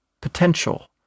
potential